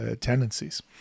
tendencies